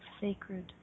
sacred